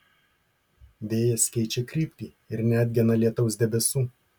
vėjas keičia kryptį ir neatgena lietaus debesų